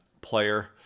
player